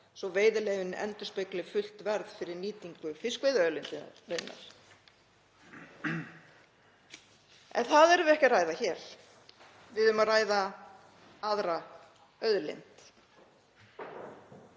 svo veiðileyfin endurspegli fullt verð fyrir nýtingu fiskveiðiauðlindarinnar. En það erum við ekki að ræða hér. Við erum að ræða aðra auðlind.